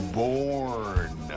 born